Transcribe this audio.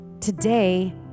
Today